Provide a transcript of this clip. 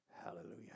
Hallelujah